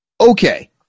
Okay